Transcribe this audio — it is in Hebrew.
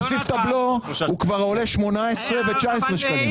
אם תוסיף את הבלו, הוא כבר עולה 18 ו-19 שקלים.